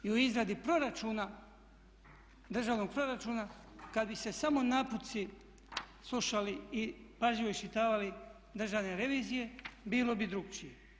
I u izradi proračuna, državnog proračuna kad bi se samo naputci slušali i pažljivo iščitavali državne revizije bilo bi drukčije.